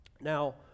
Now